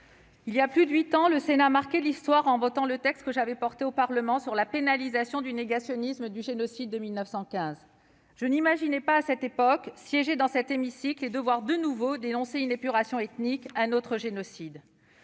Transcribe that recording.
Il y a plus de huit ans, donc, le Sénat marquait l'histoire en votant le texte que j'avais porté au Parlement sur la pénalisation du négationnisme relatif au génocide de 1915. Je n'imaginais pas, à cette époque, siéger un jour dans cet hémicycle et devoir y dénoncer une autre épuration ethnique, un autre génocide.